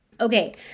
Okay